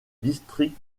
district